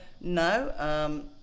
no